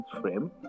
frame